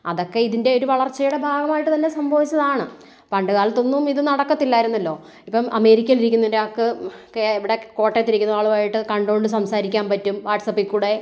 അതൊക്കെ ഇതിൻ്റെ ഒരു വളർച്ചേടെ ഒരു ഭാഗമായിട്ട് തന്നെ സംഭവിച്ചതാണ് പണ്ട് കാലത്ത് ഒന്നും ഇത് നടക്കത്തിലാർന്നല്ലോ ഇപ്പം അമേരിക്കയിൽ ഇരിക്കുന്ന ഒരാക്ക് ഒക്കെ ഇവിടെ കോട്ടയത്ത് ഇരിക്കുന്ന ആളുമായിട്ട് കണ്ടോണ്ട് സംസാരിക്കാൻ പറ്റും വാട്സാപ്പിൽ കൂടെ